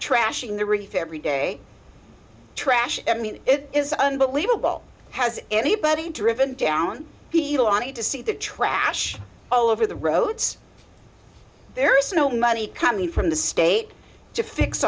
trashing the reef every day trash i mean it is unbelievable has anybody driven down the line and to see the trash all over the roads there is no money coming from the state to fix